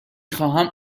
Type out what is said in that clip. خواهم